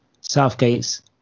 Southgate's